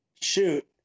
shoot